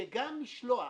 שגם משלוח